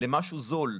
למשהו זול,